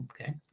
Okay